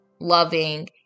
loving